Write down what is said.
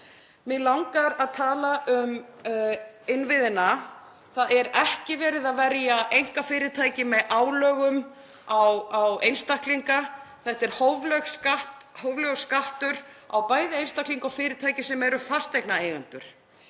Mig langar að tala um innviðina. Það er ekki verið að verja einkafyrirtæki með álögum á einstaklinga. Þetta er hóflegur skattur á bæði einstaklinga og fyrirtæki sem eru fasteignaeigendur.